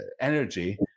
energy